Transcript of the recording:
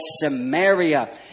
Samaria